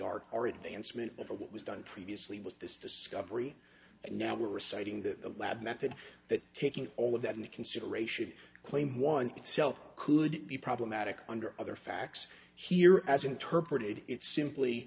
art or advancement of what was done previously was this discovery and now we're reciting the lab method that kicking all of that into consideration claim one itself could be problematic under other facts here as interpreted it's simply